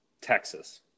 Texas